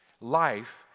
life